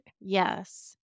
Yes